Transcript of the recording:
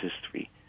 history